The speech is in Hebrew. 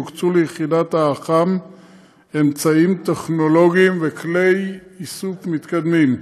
והוקצו ליחידות האח"מ אמצעים טכנולוגיים וכלי איסוף מתקדמים.